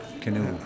canoe